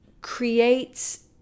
creates